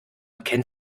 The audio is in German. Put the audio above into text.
kennt